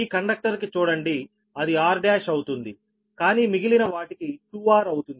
ఈ కండక్టర్ కి చూడండి అది r1 అవుతుంది కానీ మిగిలిన వాటికి 2 r అవుతుంది